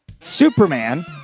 Superman